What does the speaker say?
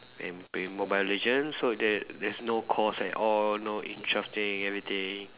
I'm playing mobile legends so there there's no course at all no interrupting everything